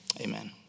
Amen